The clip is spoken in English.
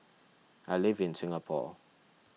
I live in Singapore